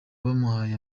bamuhaye